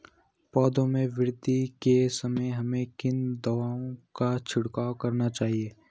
पौधों में वृद्धि के समय हमें किन दावों का छिड़काव करना चाहिए?